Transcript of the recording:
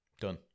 Done